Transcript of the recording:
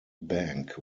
bank